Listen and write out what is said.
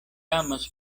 amas